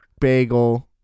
bagel